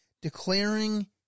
declaring